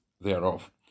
thereof